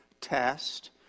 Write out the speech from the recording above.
test